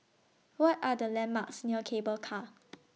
What Are The landmarks near Cable Car